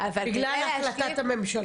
בגלל החלטת הממשלה.